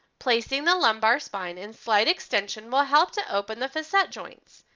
placing the lumbar spine in slight extension will help to open the facet joints.